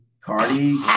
Cardi